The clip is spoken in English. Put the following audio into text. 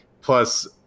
plus